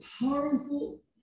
powerful